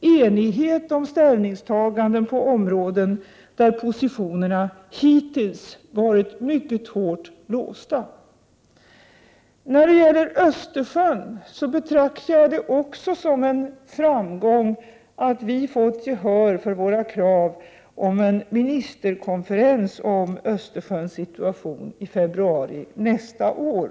enighet om ställningstaganden på områden där positionerna hittills har varit mycket hårt låsta. När det gäller Östersjön betraktar jag det också som en framgång att vi har fått gehör för våra krav på en ministerkonferens om Östersjöns situation. Konferensen skall hållas i februari nästa år.